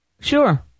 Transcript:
Sure